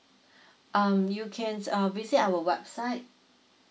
um you can uh visit our website